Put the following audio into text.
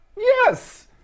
Yes